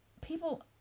people